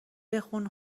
بخون